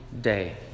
day